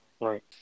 Right